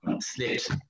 slipped